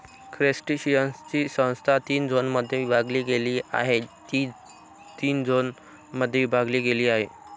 क्रस्टेशियन्सची संस्था तीन झोनमध्ये विभागली गेली आहे, जी तीन झोनमध्ये विभागली गेली आहे